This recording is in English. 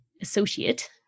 associate